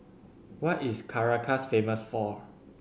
what is Caracas famous for